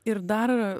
ir dar